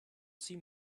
seem